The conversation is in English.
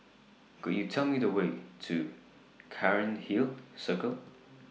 Could YOU Tell Me The Way to Cairnhill Circle